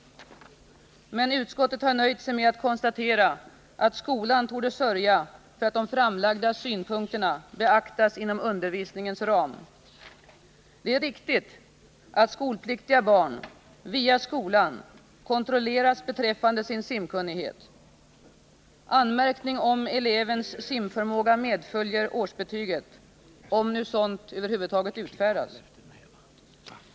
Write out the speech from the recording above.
Men utskottet har nöjt sig med att konstatera att skolan torde sörja för att de framlagda synpunkterna beaktas inom undervisningens ram. Det är riktigt att skolpliktiga barn via skolan kontrolleras beträffande sin simkunnighet. Anmärkning om elevens simförmåga medföljer årsbetyget — om nu sådant över huvud taget utfärdas.